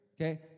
okay